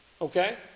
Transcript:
Okay